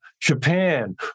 Japan